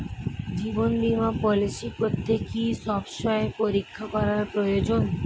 জীবন বীমা পলিসি করতে কি স্বাস্থ্য পরীক্ষা করা প্রয়োজন?